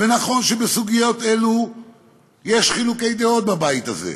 ונכון שבסוגיות אלה יש חילוקי דעות בבית הזה,